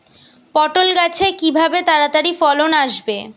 পটল গাছে কিভাবে তাড়াতাড়ি ফলন আসবে?